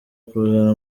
ukazana